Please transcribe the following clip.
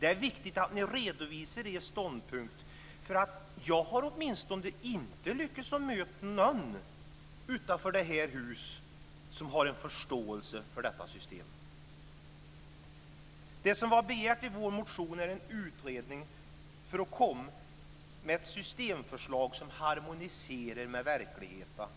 Det är viktigt att ni redovisar er ståndpunkt. Jag har åtminstone inte lyckats möta någon utanför det här huset som har förståelse för detta system. Det som är begärt i vår motion är en utredning för att komma med ett systemförslag som harmoniserar med verkligheten.